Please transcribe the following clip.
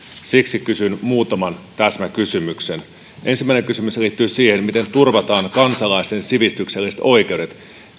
siksi kysyn muutaman täsmäkysymyksen ensimmäinen kysymys liittyy siihen miten turvataan kansalaisten sivistykselliset oikeudet